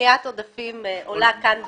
פניית עודפים עולה כאן בוועדה.